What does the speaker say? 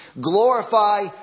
Glorify